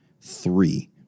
three